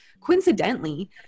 Coincidentally